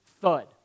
thud